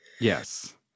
Yes